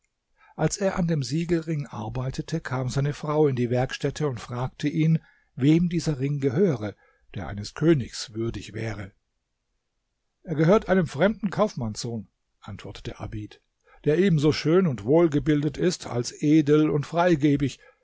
als er an dem siegelring arbeitete kam seine frau in die werkstätte und fragte ihn wem dieser ring gehöre der eines königs würdig wäre er gehört einem fremden kaufmannssohn antwortete abid der ebenso schön und wohlgebildet ist als edel und freigebig